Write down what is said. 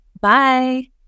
Bye